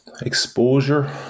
exposure